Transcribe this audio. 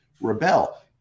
rebel